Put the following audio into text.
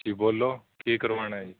ਜੀ ਬੋਲੋ ਕੀ ਕਰਵਾਉਣਾ ਜੀ